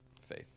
Faith